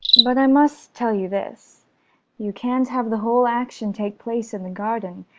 but i must tell you this you can't have the whole action take place in the garden,